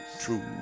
True